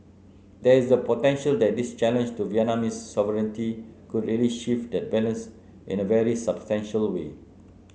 there is the potential that this challenge to Vietnamese sovereignty could really shift that balance in a very substantial way